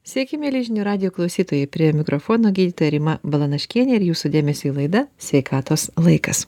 sveiki mieli žinių radijo klausytojai prie mikrofono gydytoja rima balanaškienė ir jūsų dėmesiui laida sveikatos laikas